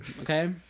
Okay